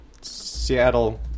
Seattle